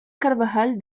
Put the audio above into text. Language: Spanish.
carvajal